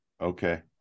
Okay